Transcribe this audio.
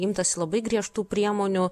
imtasi labai griežtų priemonių